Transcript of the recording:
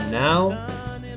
Now